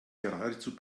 geradezu